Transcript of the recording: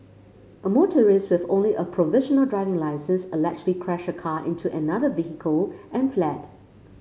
a motorist with only a provisional driving licence allegedly crashed a car into another vehicle and fled